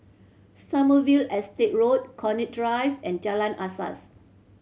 Sommerville Estate Road Connaught Drive and Jalan Asas